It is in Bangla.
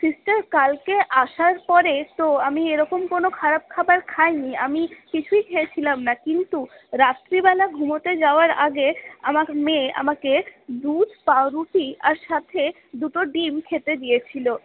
সিস্টার কালকে আসার পরে তো আমি এরকম কোনো খারাপ খাবার খাইনি আমি কিছুই খেয়েছিলাম না কিন্তু রাত্রিবেলা ঘুমোতে যাওয়ার আগে আমার মেয়ে আমাকে দুধ পাউরুটি আর সাথে দুটো ডিম খেতে দিয়েছিলো